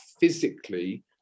physically